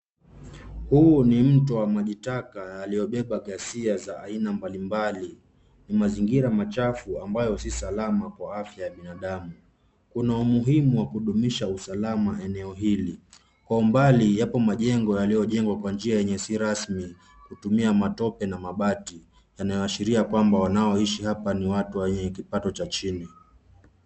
Huu ni mto wa maji taka yaliyobeba ghasia za aina mbalimbali, mazingira machafu ambayo si salama kwa binadamu, kuna umuhimu wa kudumisha usalama eneo hili, kwa umbali yapo majengo yaliyojengwa kwa njia enye si rasmi kutumia matope na mabati yanayoashiria ya kwamba wanao ishi hapa ni watu wenye kipato cha chini.